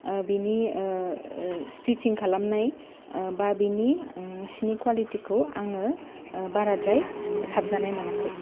बिनि स्टिसिं खालामनाय बा बेनि सिनि क'वालिटीखौ आङो बाराद्राय साबजानाय मोनाखै